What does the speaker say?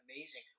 amazing